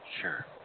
Sure